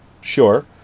sure